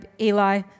Eli